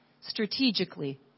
strategically